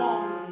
One